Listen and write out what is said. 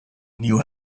knew